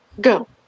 Go